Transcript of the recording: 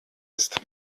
ist